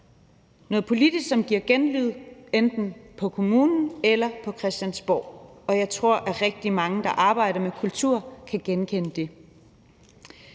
noget politisk, som giver genlyd enten på kommunen eller på Christiansborg. Og jeg tror, at rigtig mange, der arbejder med kultur, kan genkende det.